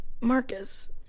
Marcus